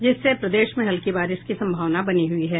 जिससे प्रदेश में हल्की बारिश की सम्भावना बनी हुई है